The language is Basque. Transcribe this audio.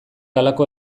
halako